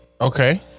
Okay